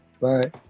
Bye